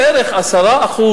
בערך 10%,